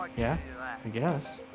yeah i guess,